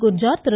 Gurjar Thiru